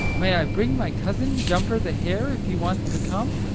may i bring my cousin, jumper the hare, if he wants to come?